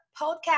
Podcast